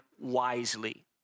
wisely